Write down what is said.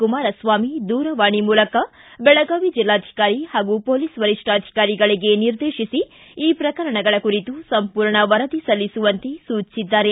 ಕುಮಾರಸ್ವಾಮಿ ದೂರವಾಣಿ ಮೂಲಕ ಬೆಳಗಾವಿ ಜಿಲ್ಲಾಧಿಕಾರಿ ಹಾಗೂ ಪೊಲೀಸ್ ವರಿಷ್ಠಾಧಿಕಾರಿಗಳಿಗೆ ನಿರ್ದೇಶಿಸಿ ಈ ಪ್ರಕರಣಗಳ ಕುರಿತು ಸಂಪೂರ್ಣ ವರದಿ ಸಲ್ಲಿಸುವಂತೆ ಸೂಚಿಸಿದ್ದಾರೆ